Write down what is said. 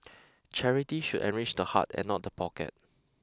charity should enrich the heart and not the pocket